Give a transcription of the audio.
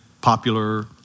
popular